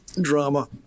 drama